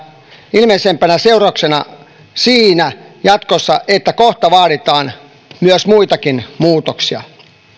ilmeisimpänä seurauksena siinä jatkossa on että kohta vaaditaan muitakin muutoksia